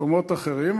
במקומות אחרים,